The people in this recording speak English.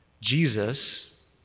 Jesus